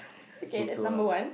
okay that's number one